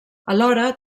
alhora